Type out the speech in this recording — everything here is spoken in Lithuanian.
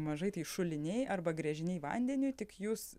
mažai tai šuliniai arba gręžiniai vandeniui tik jūs